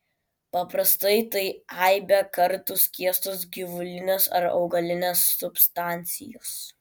paprastai tai aibę kartų skiestos gyvulinės ar augalinės substancijos